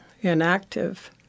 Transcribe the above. inactive